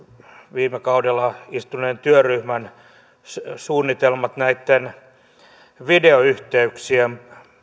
viime kaudella istuneen työryhmän suunnitelmat näitten videoyhteyksien